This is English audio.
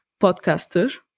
podcaster